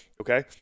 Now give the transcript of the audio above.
Okay